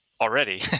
already